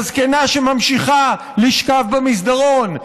הזקנה שממשיכה לשכב במסדרון,